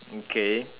okay